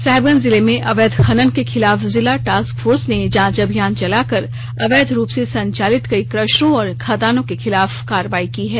साहेबगंज जिले में अवैध खनन के खिलाफ जिला टास्क फोर्स ने जांच अभियान चलाकर अवैध रूप से संचालित कई कशरों और खदानों के खिलाफ कार्रवाई की है